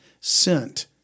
sent